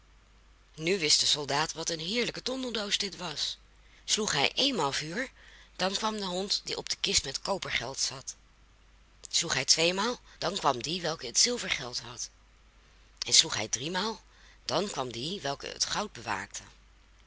nu wist de soldaat wat een heerlijke tondeldoos dit was sloeg hij eenmaal vuur dan kwam de hond die op de kist met kopergeld zat sloeg hij tweemaal dan kwam die welke het zilvergeld had en sloeg hij driemaal dan kwam die welke het goud bewaakte